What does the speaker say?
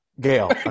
Gail